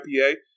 IPA